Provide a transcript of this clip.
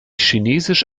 chinesisch